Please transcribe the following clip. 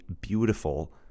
beautiful